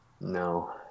No